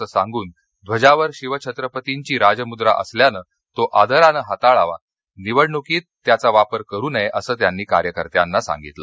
अस सांगुन ध्वजावर शिवछत्रपतीची राजमुद्रा असल्यानं तो आदरानं हाताळावा निवडणुकीत त्याचा वापर करू नये असं त्यांनी कार्यकर्त्यांना सांगितलं